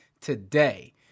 today